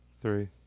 Three